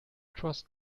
trust